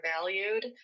valued